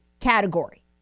category